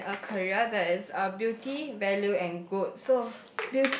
in a career that is uh beauty value and good so